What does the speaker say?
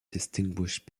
distinguish